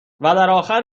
درآخر